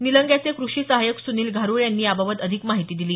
निलंग्याचे कृषी सहायक सुनील घारुळे यांनी याबाबत अधिक माहिती दिली